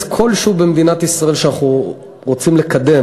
כלשהו במדינת ישראל שאנחנו רוצים לקדם,